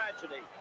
tragedy